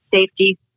safety